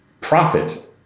profit